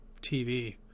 TV